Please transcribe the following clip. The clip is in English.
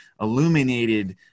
illuminated